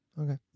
Okay